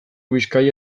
bizkaia